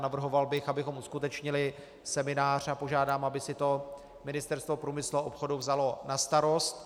Navrhoval bych, abychom uskutečnili seminář, a požádám, aby si to Ministerstvo průmyslu a obchodu vzalo na starost.